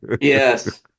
Yes